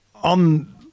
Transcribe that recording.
on